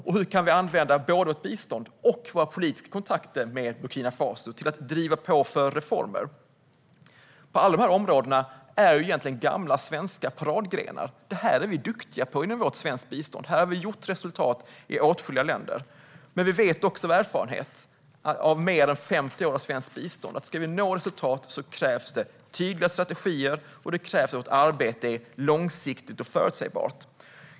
Och hur kan vi använda både vårt bistånd och våra politiska kontakter med Burkina Faso till att driva på för reformer? På alla dessa områden handlar det egentligen om gamla svenska paradgrenar. Detta är vi duktiga på inom svenskt bistånd. Här har vi gjort resultat i åtskilliga länder. Men vi vet också av erfarenhet av mer än 50 år av svenskt bistånd att ska vi nå resultat krävs det tydliga strategier, och det krävs att vårt arbete är långsiktigt och förutsägbart.